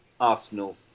Arsenal